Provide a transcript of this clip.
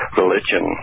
religion